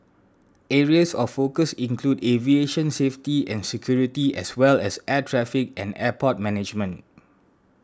areas of focus include aviation safety and security as well as air traffic and airport management